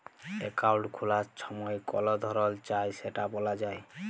account খুলার ছময় কল ধরল চায় সেট ব্যলা যায়